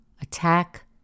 attack